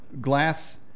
glass